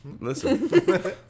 Listen